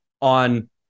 on